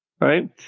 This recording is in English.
Right